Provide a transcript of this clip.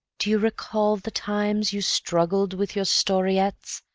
do you recall the times you struggled with your storyettes,